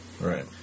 Right